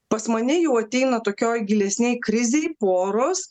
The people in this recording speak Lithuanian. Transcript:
pas mane jau ateina tokioj gilesnėj krizėj poros